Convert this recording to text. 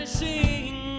sing